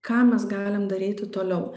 ką mes galim daryti toliau